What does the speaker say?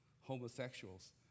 homosexuals